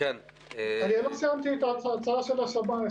לא סיימתי את הדברים.